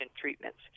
treatments